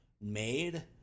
made